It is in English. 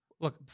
Look